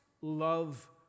love